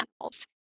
animals